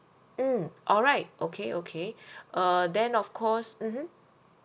mm all right okay okay uh then of course mmhmm